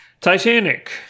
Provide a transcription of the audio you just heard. Titanic